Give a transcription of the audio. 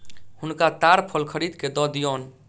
हुनका ताड़ फल खरीद के दअ दियौन